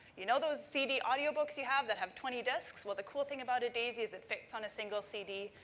you know those cd audio books you have that have twenty disks, well, the cool thing about a daisy is it fits on a single cd.